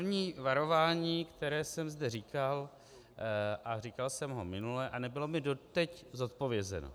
První varování, které jsem zde říkal, a říkal jsem ho minule a nebylo mi doteď zodpovězeno.